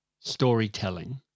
storytelling